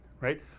right